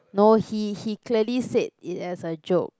no he he clearly said it as a joke